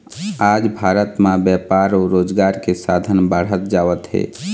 आज भारत म बेपार अउ रोजगार के साधन बाढ़त जावत हे